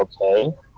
okay